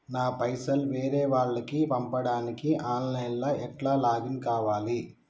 నా పైసల్ వేరే వాళ్లకి పంపడానికి ఆన్ లైన్ లా ఎట్ల లాగిన్ కావాలి?